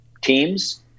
teams